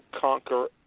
conquer